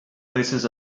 places